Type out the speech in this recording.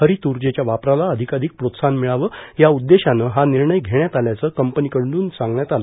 हरित ऊर्जेच्या वापराला अधिकाधिक प्रोत्साहन मिळावं या उद्देशानं हा निर्णय घेण्यात आल्याचं कंपनीकड्रन सांगण्यात आलं